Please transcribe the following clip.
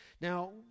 Now